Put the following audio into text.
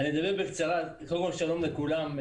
שלום לכולם.